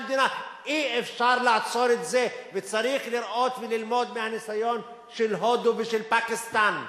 אי-אפשר לעצור את זה וצריך לראות וללמוד מהניסיון של הודו ושל פקיסטן.